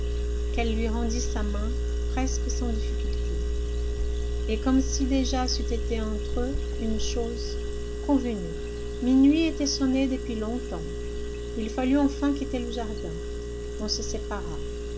qu'elle lui rendit sa main presque sans difficulté et comme si déjà c'eût été entre eux une chose convenue minuit était sonné depuis longtemps il fallut enfin quitter le jardin on se sépara